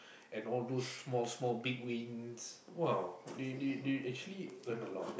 and all those small small big wins !wow! they actually earn a lot